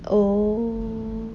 oh